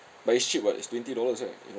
but it's cheap [what] it's twenty dollars right if